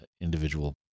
individual